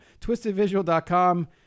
Twistedvisual.com